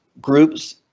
groups